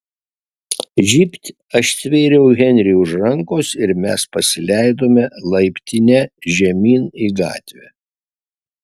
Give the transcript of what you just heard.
žybt aš stvėriau henrį už rankos ir mes pasileidome laiptine žemyn į gatvę